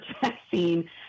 vaccine